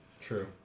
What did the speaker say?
True